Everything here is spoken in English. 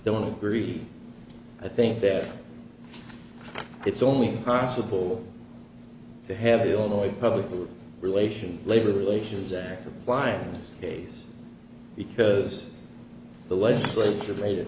don't agree i think that it's only possible to have the only public relations labor relations act applying this case because the legislature